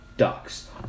Ducks